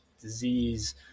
disease